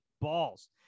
balls